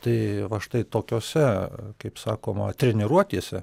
tai va štai tokiose kaip sakoma treniruotėse